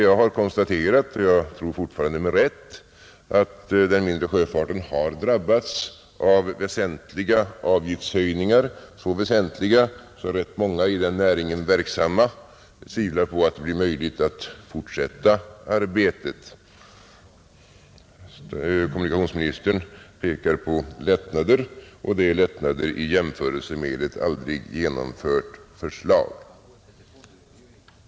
Jag har konstaterat, och jag tror fortfarande med rätt, att den mindre sjöfarten har drabbats av väsentliga avgiftshöjningar, så väsentliga att många som är verksamma inom den näringen tvivlar på att det blir möjligt att fortsätta arbetet. Kommunikationsministern pekar på lättnader, och det är lättnader i jämförelse med ett aldrig genomfört förslag.